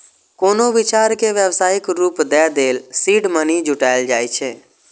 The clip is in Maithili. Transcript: कोनो विचार कें व्यावसायिक रूप दै लेल सीड मनी जुटायल जाए छै